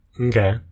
Okay